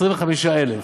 25,000,